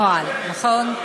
נואל, נכון?